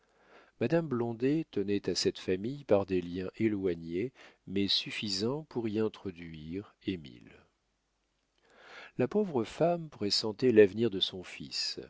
blondet tenait à cette famille par des liens éloignés mais suffisants pour y introduire émile la pauvre femme pressentait l'avenir de son fils